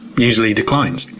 usually, declines.